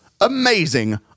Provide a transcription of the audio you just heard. amazing